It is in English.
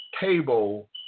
table